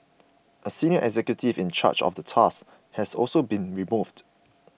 a senior executive in charge of the task has also been removed